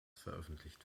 veröffentlicht